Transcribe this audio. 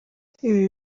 ibi